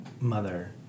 mother